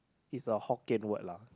is a hokkien word lah